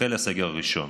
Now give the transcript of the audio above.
החל הסגר הראשון.